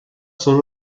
sono